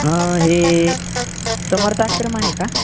हं हे समर्थ आश्रम आहे का